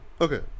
Okay